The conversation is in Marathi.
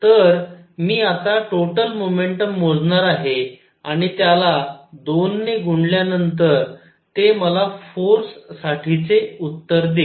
तर मी आता टोटल मोमेंटम मोजणार आहे आणि त्याला 2 ने गुणल्या नंतर ते मला फोर्स साठीचे उत्तर देईल